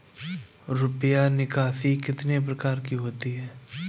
रुपया निकासी कितनी प्रकार की होती है?